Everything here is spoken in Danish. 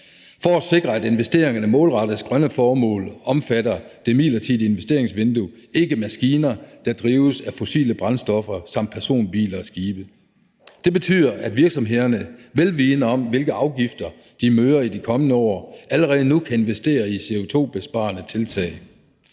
For at sikre, at investeringerne målrettes grønne formål, omfatter det midlertidige investeringsvindue ikke maskiner, der drives af fossile brændstoffer, samt personbiler og skibe. Det betyder, at virksomhederne er vidende om, hvilke afgifter de møder i de kommende år, og allerede nu kan investere i CO2-besparende tiltag.